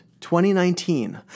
2019